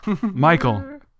michael